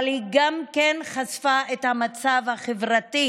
אבל היא גם חשפה את המצב החברתי,